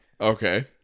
Okay